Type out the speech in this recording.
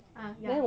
ah ya